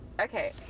Okay